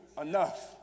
enough